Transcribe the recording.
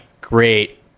great